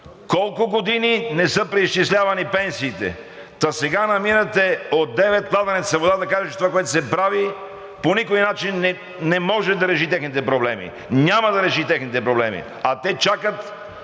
колко години не са преизчислявани пенсиите, та сега намирате от девет кладенеца вода да кажете, че това, което се прави, по никакъв начин не може да реши техните проблеми. Няма да реши техните проблеми, а те чакат